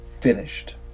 finished